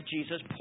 Jesus